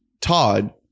Todd